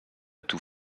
tout